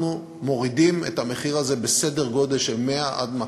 אנחנו מורידים את המחיר הזה בסדר גודל של 100,000